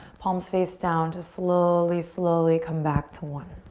palms face down. just slowly, slowly come back to one.